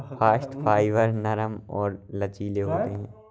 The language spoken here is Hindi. बास्ट फाइबर नरम और लचीले होते हैं